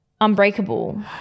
unbreakable